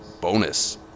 bonus